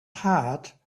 heart